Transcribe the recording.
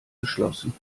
geschlossen